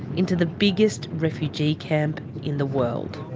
into the biggest refugee camp in the world.